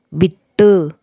விட்டு